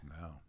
No